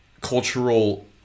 cultural